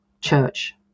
church